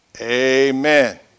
Amen